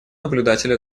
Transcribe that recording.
наблюдателю